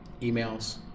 Emails